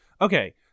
Okay